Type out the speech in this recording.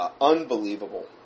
Unbelievable